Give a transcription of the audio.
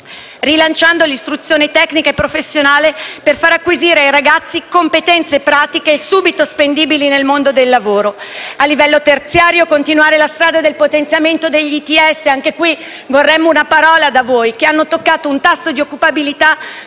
rilanciando l'istruzione tecnica e professionale, per far acquisire ai ragazzi competenze pratiche subito spendibili nel mondo del lavoro. A livello terziario, è necessario continuare la strada del potenziamento degli ITS (anche qui vorremmo una parola da voi), che hanno toccato un tasso di occupabilità